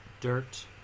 dirt